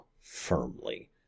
firmly